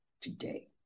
today